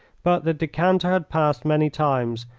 but the decanter had passed many times,